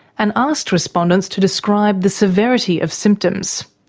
and asked respondents to describe the severity of symptoms.